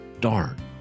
Darn